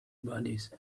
bodies